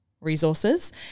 resources